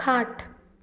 खाट